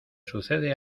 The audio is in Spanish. sucede